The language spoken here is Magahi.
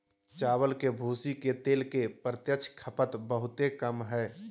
चावल के भूसी के तेल के प्रत्यक्ष खपत बहुते कम हइ